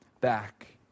back